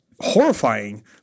horrifying